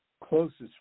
closest